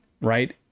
right